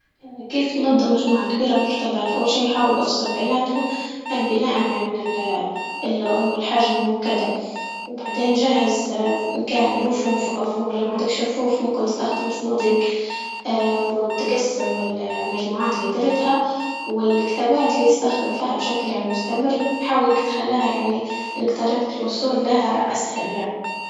كيف ننظم مجموعة كبيؤرة من الكتابات؟ أول شي حاول افصل بيناتهم بناء عن ال- اللون والحجم وكدا، وبعدين جهز مكان رفوف أو لو معندكش رفوف ممكن تسنخدم صنادق وتقسم المجموعات اللي ديرتها والكتابات اللي تستخدم فيها، يعني بشكل مستمر حاول إنك تخليها يعني إنك طريقة الوصول لها أسهل يعني.